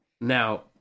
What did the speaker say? Now